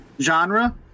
genre